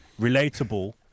relatable